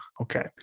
okay